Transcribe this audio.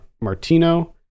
Martino